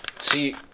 See